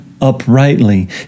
uprightly